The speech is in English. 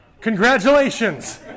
Congratulations